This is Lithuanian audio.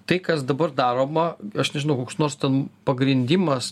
tai kas dabar daroma aš nežinau koks nors ten pagrindimas